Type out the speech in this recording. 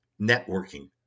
networking